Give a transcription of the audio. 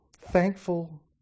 thankful